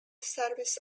service